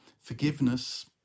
Forgiveness